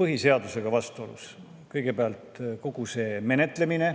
põhiseadusega vastuolus. Kõigepealt kogu see menetlemine,